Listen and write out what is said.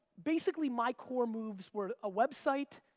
basically, my core moves were a website,